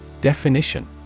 Definition